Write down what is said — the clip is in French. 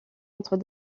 entre